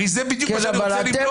הרי זה בדיוק מה שאני רוצה למנוע.